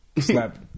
slap